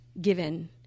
given